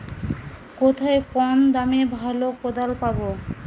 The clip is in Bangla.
কোথায় কম দামে ভালো কোদাল পাব?